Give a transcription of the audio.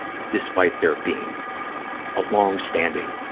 despite there being a long-standing,